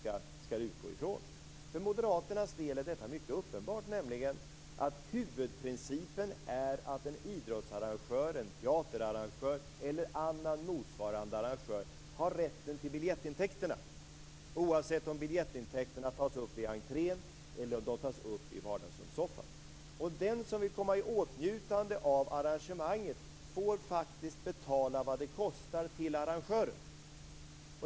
Detta är för Moderaternas del mycket uppenbart, nämligen att huvudprincipen är att en idrottsarrangör, en teaterarrangör eller annan motsvarande arrangör, har rätten till biljettintäkterna, oavsett om biljettintäkterna tas upp i entrén eller de tas upp i vardagsrumssoffan. Den som vill komma i åtnjutande av arrangemanget får faktiskt betala vad det kostar till arrangören.